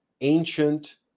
ancient